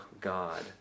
God